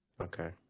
Okay